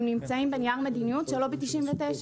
הם נמצאים בנייר מדיניות של לובי 99,